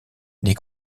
les